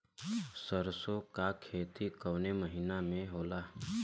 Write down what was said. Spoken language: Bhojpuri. सरसों का खेती कवने महीना में होला?